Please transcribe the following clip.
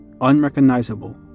unrecognizable